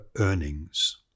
earnings